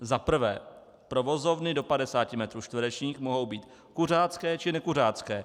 Za prvé, provozovny do 50 metrů čtverečních mohou být kuřácké či nekuřácké.